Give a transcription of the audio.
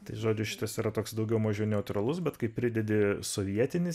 tai žodžiu šitas yra toks daugiau mažiau neutralus bet kai pridedi sovietinį